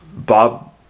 Bob